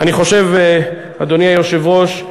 אני חושב, אדוני היושב-ראש,